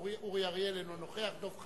אורי אריאל, אינו נוכח, דב חנין,